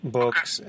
books